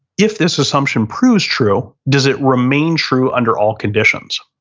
if this assumption proves true, does it remain true under all conditions?